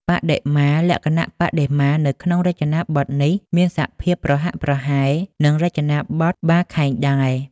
បដិមា លក្ខណៈបដិមានៅក្នុងរចនាបថនេះមានសភាពប្រហាក់ប្រហែលនឹងរចនាបថបាខែងដែរ ។